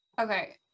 Okay